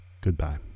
Goodbye